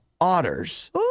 otters